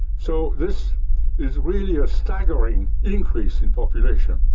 so this is really a staggering increase in population.